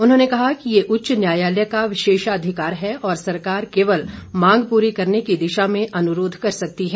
उन्होंने कहा कि यह उच्च न्यायालय का विशेषाधिकार है और सरकार केवल मांग पूरी करने की दिशा में अनुरोध कर सकती है